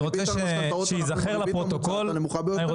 בריבית על המשכנתאות אנחנו עם הריבית הנמוכה ביותר.